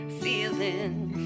feeling